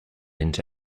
into